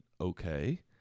okay